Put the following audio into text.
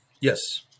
Yes